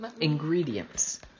Ingredients